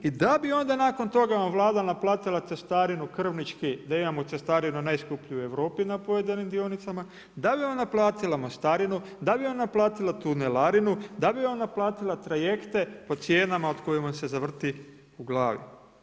I da bi onda nakon toga vam Vlada naplatila cestarinu krvničku, da imamo cestarinu najskuplju u Europi na pojedinim dionicama, da bi vam naplatila mostarinu, da bi vam naplatila tunelarinu, da bi vam naplatila trajekte po cijenama od kojih vam se zavrti u glavi.